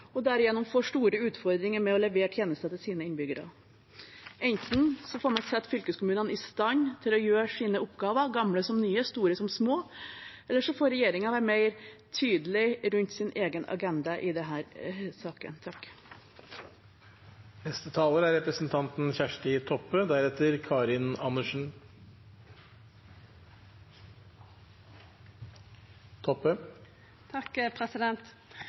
og derigjennom får store utfordringer med å levere tjenester til sine innbyggere. Enten får man sette fylkeskommunene i stand til å gjøre sine oppgaver – gamle som nye, store som små – eller så får regjeringen være mer tydelig om sin egen agenda i denne saken. Aftenpostens nylege artiklar har gitt oss eit usminka bilde av norsk eldreomsorg. Det er